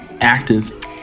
active